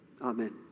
Amen